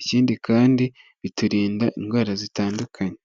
ikindi kandi biturinda indwara zitandukanye.